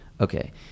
Okay